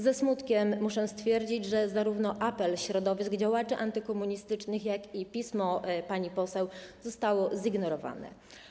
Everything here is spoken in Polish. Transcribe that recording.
Ze smutkiem muszę stwierdzić, że zarówno apel środowisk działaczy antykomunistycznych, jak i pismo pani poseł zostały zignorowane.